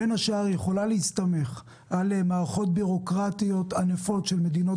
בין השאר היא יכולה להסתמך על מערכות בירוקרטיות ענפות של מדינות